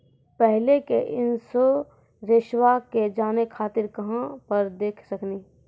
पहले के इंश्योरेंसबा के जाने खातिर कहां पर देख सकनी?